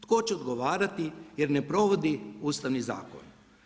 Tko će odgovarati jer ne provodi Ustavni zakon?